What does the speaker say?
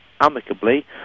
amicably